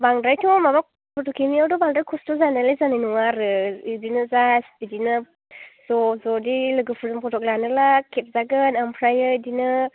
बांद्रायथ' माबा फट' खेबनायावथ' बांद्राय खस्थ' जानायालाय जानाय नङा आरो बिदिनो जास्ट बिदिनो ज' ज'दि लोगोफोरजों फट' लानोब्ला खेबजागोन ओमफ्रायो बिदिनो